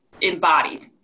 embodied